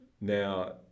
Now